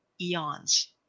eons